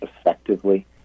effectively